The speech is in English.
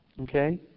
Okay